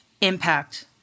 Impact